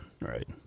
right